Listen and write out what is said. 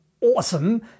awesome